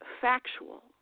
factual